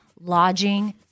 lodging